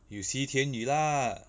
you see tian yu lah